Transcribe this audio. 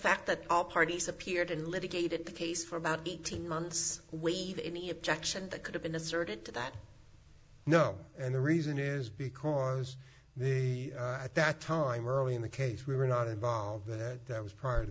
fact that all parties appeared and litigated the case for about eighteen months waive any objection that could have been asserted to that no and the reason is because at that time early in the case we were not involved that that was part of